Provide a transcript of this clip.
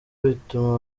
bituma